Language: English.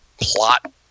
plot